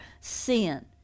sin